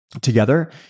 together